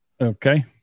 Okay